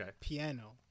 piano